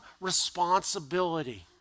responsibility